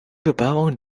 bebauung